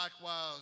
Likewise